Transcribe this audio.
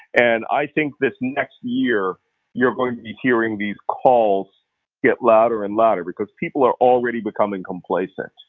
and i think this next year you're going to be hearing these calls get louder and louder, because people are already becoming complacent.